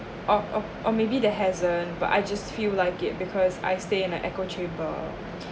or or or maybe they hasn't but I just feel like it because I stay in my echo chamber